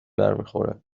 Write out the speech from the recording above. برمیخوره